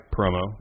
promo